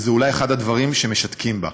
וזה אולי אחד הדברים שמשתקים בה.